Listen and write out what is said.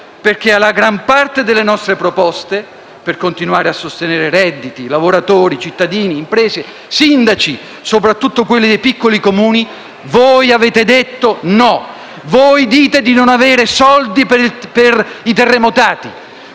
perché alla gran parte delle nostre proposte, per continuare a sostenere redditi, lavoratori, cittadini, imprese, sindaci, soprattutto quelli dei piccoli Comuni, voi avete detto no. Voi dite di non avere soldi per i terremotati,